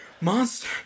Monster